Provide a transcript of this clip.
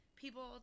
People